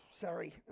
Sorry